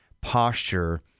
posture